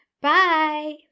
Bye